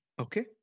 Okay